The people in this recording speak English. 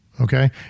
Okay